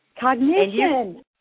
Cognition